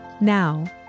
Now